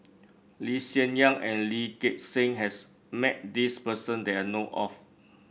Lee Hsien Yang and Lee Gek Seng has met this person that I know of